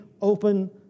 open